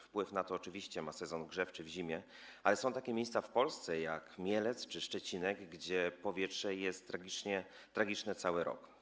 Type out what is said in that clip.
Wpływ ma na to oczywiście sezon grzewczy w zimie, ale są takie miejsca w Polsce jak Mielec czy Szczecinek, gdzie powietrze jest tragiczne przez cały rok.